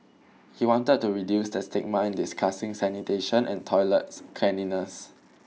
he wanted to reduce the stigma in discussing sanitation and toilets cleanliness